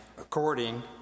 according